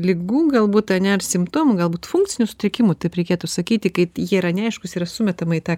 ligų galbūt ane ir simptomų galbūt funkcinių sutrikimų taip reikėtų sakyti kai jie yra neaiškūs yra sumetama į tą